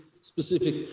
specific